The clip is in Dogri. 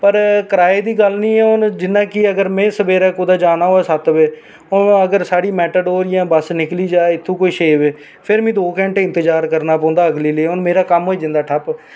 पर किराए दी गल्ल निं ऐ पर अगर में सवेरै कुदै जाना होऐ सत्त बजे ते ओह् अगर साढ़ी बस्स जा मैटाडोर निकली जा छे बज्जे ते में हून इंतजार करना पौंदा दो चार घैंटे ते मेरा कम्म होई जंदा ठप्प